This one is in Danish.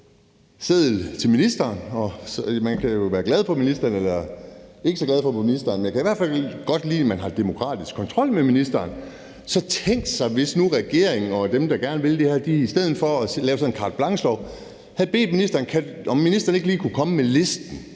blanche til ministeren. Man kan jo være glad for ministeren eller ikke så glad for ministeren, men jeg kan i hvert fald godt lide, at man har demokratisk kontrol med ministeren. Tænk sig, hvis nu regeringen og dem, der gerne vil det her, i stedet for at lave sådan en carte blanche-lov havde bedt ministeren om lige at komme med listen,